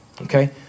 Okay